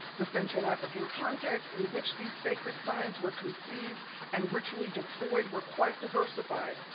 the central african context in which these sacred signs were conceived and ritually deployed were quite diversified.